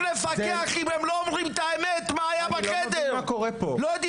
אני לא מבין מה קורה פה.